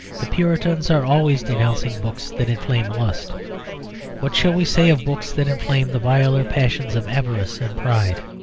the puritans are always denouncing books that inflame lust what shall we say of books that inflame the viler passions of avarice and pride?